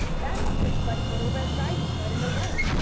that's just like little red riding hood and the wolf,